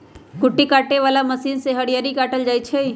कुट्टी काटे बला मशीन से हरियरी काटल जाइ छै